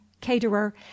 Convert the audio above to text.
caterer